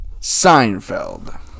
Seinfeld